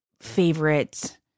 favorite